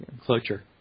Closure